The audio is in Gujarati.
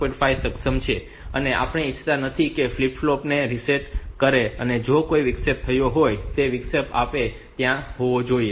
5 સક્ષમ છે અને આપણે ઇચ્છતા નથી કે તે ફ્લિપ ફ્લોપ ને રીસેટ કરે અને જો કોઈ વિક્ષેપ થયો હોય તો જે વિક્ષેપ આવે છે તે ત્યાં હોવો જોઈએ